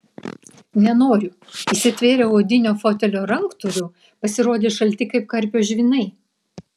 nenoriu įsitvėriau odinio fotelio ranktūrių pasirodė šalti kaip karpio žvynai